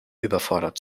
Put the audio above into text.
überfordert